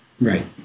Right